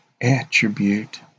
attribute